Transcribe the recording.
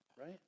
right